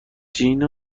جین